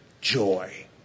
joy